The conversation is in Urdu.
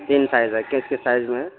تین سائز ہے کس کے سائز میں